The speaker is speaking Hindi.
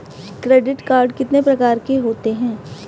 क्रेडिट कार्ड कितने प्रकार के होते हैं?